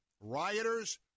rioters